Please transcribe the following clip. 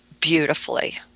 beautifully